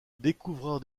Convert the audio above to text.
découvreur